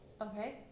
Okay